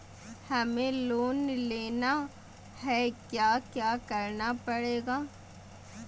हमें लोन लेना है क्या क्या करना पड़ेगा?